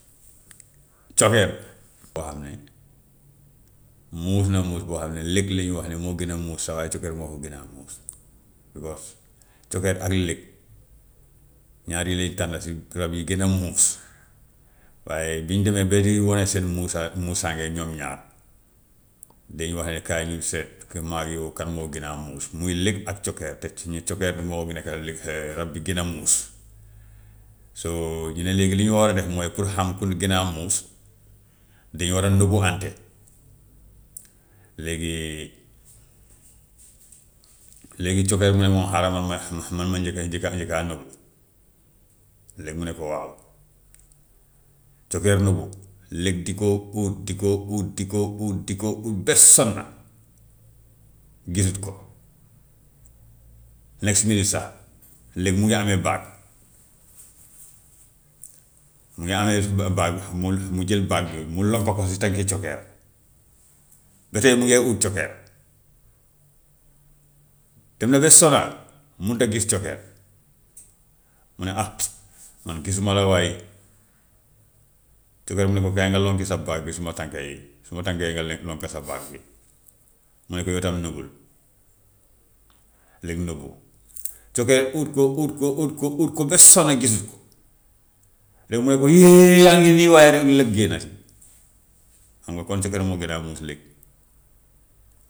Cokkeer boo xam ne muus na muus boo xam ne lëg lañu wax ne moo gën a muus sax waaye cokkeer mo ko gën a mus. Because cokkeer ak lëg ñaar yooyu lañu tànn si rab yi gën a muus, waaye bi ñu demee ba di wane seen muusaa muusaange ñoom ñaar, dañu wax ne kaay ñu seet maag yow kan moo gën a muus, muy lëg ak cokkeer teg ci, ñu ne cokkeer moo nekk lëg rab bi gën a muus. So ñu ne léegi li ñu war a def mooy pour xam ku gën a muus, dañu war a nëbbuwante, léegi léegi cokkeer mu ne moom xaaral man ma man ma njëkk a njëkk a njëkk a nëbbu, lëg mu ne ko waaw, cokkeer nëbbu lëg di ko ut, di ko ut, di ko ut, di ko ut, ba sonna gisut ko next minute sa lëg mu ngi ame baag, mu ngi ame ba- baag mu mu jël baag boobu mu lonko ko si tànki cokkeer, ba tey mu ngee ut cokkeer, dem na ba sonna munut a gis cokkeer mu ne ah man gisuma la waay, cokkeer ne ko kaay nga lonki sa baag bi suma tànk yi, suma tànk yi nga lo- lonk sa baag bi, mu ne ko yow tam nëbbul, lëg nëbbu cokkeer ut ko, ut ko, ut ko, ut ko ba sonn gisu ko rek mu ne ko yee yaa ngi nii waaye nag lëg génnati, xam nga kon cokkeer moo gën a muus lëg.